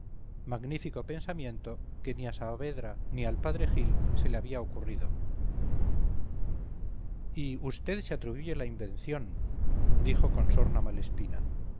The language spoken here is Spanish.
magnífico pensamiento que nia saavedra ni al padre gil se le había ocurrido y vd se atribuye la invención dijo con sorna